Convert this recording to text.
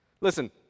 Listen